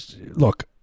look